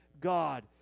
God